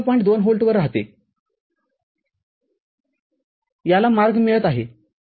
२ व्होल्टवर राहते याला मार्ग मिळत आहे